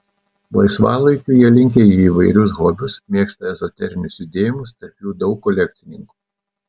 laisvalaikiu jie linkę į įvairius hobius mėgsta ezoterinius judėjimus tarp jų daug kolekcininkų